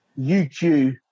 UQ